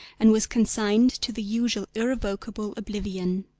and was consigned to the usual irrevocable oblivion.